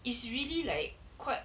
is really like quite